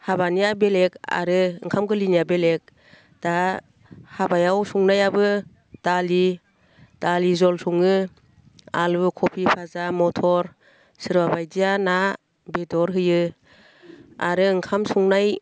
हाबानिया बेलेग आरो ओंखाम गोरलैनिया बेलेग दा हाबायाव संनायाबो दालि दालि जल सङो आलु खबि भाजा मथर सोरबा बायदिया ना बेदर होयो आरो ओंखाम संनाय